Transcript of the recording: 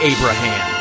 Abraham